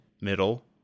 middle